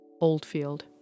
Oldfield